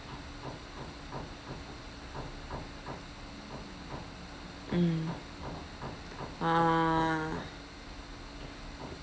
mm ah